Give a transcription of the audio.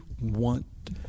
want